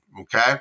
Okay